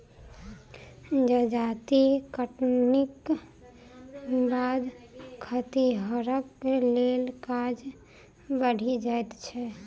जजाति कटनीक बाद खतिहरक लेल काज बढ़ि जाइत छै